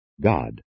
God